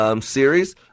series